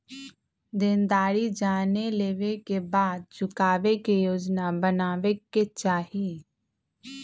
देनदारी जाने लेवे के बाद चुकावे के योजना बनावे के चाहि